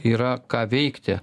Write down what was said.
yra ką veikti